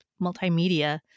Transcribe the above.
Multimedia